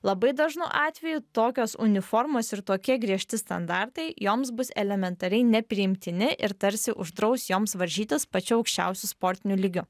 labai dažnu atveju tokios uniformos ir tokie griežti standartai joms bus elementariai nepriimtini ir tarsi uždraus joms varžytis pačiu aukščiausiu sportiniu lygiu